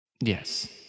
yes